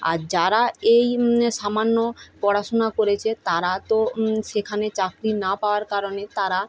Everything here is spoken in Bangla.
আর যারা এই সামান্য পড়াশোনা করেছে তারা তো সেখানে চাকরি না পাওয়ার কারণে তারা